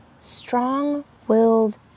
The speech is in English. strong-willed